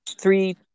three